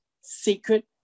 secret